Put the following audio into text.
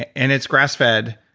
and it's grass-fed,